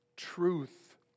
Truth